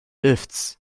lifts